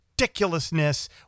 ridiculousness